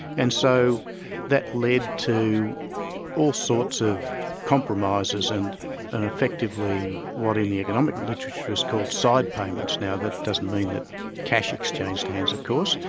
and so that led to all sorts of compromises, and and effectively what in the economic literature is called side payments, now that doesn't mean that cash exchanged hands of course,